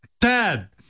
Dad